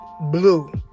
BLUE